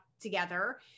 together